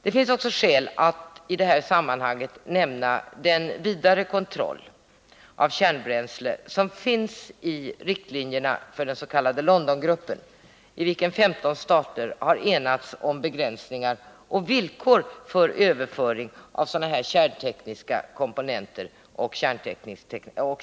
Det finns också skäl att i detta sammanhang nämna den vidare kontroll av kärnbränsle som finns i riktlinjerna för den s.k. Londongruppen i vilken 15 stater har enats om begränsningar och villkor för överföring av kärnteknologiska komponenter och kärnteknologi.